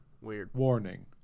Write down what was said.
warning